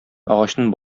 агачның